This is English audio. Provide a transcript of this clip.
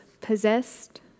possessed